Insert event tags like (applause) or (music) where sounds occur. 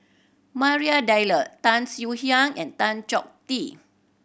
Maria (unintelligible) Tan Swie Hian and Tan Chong Tee